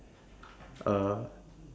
uh